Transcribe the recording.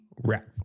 wrap